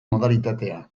modalitatea